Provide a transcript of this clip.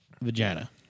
vagina